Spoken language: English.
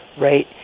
Right